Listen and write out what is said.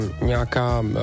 nějaká